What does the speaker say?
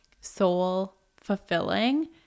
soul-fulfilling